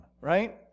right